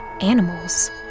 Animals